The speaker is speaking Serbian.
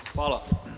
Hvala.